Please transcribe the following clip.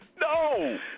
No